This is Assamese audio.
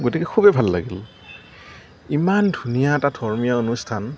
গতিকে খুবেই ভাল লাগিল ইমান ধুনীয়া এটা ধৰ্মীয় অনুস্থান